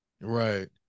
Right